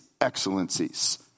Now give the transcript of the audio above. excellencies